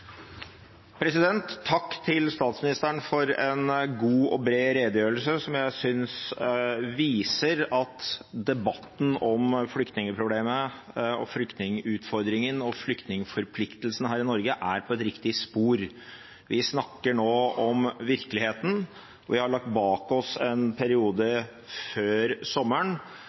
Takk til statsministeren for en god og bred redegjørelse, som jeg synes viser at debatten om flyktningproblemet, flyktningutfordringen og flyktningforpliktelsen her i Norge er på et riktig spor. Vi snakker nå om virkeligheten, for vi har lagt bak oss en periode